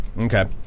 Okay